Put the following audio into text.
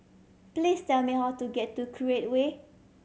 please tell me how to get to Create Way